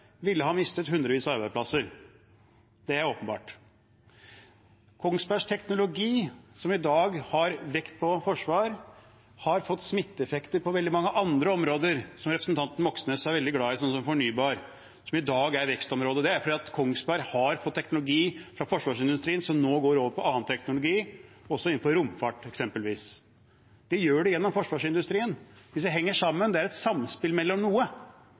ville ha mistet hundrevis av arbeidsplasser. Det er åpenbart. Kongsbergs teknologi, som i dag har vekt på forsvar, har hatt smitteeffekter på veldig mange andre områder som representanten Moxnes er veldig glad i, som fornybar-området, som i dag er et vekstområde. Det er fordi Kongsberg har fått teknologi fra forsvarsindustrien som nå går over til annen teknologi, eksempelvis også innenfor romfart. Det gjør det gjennom forsvarsindustrien. Disse henger sammen, det er et samspill mellom noe.